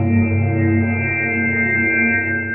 a